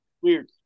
Weird